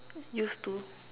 used to